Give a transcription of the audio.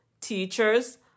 teachers